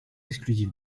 exclusive